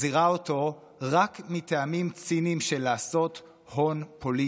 מחזירה אותו רק מטעמים ציניים של לעשות הון פוליטי.